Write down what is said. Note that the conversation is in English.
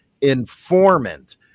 informant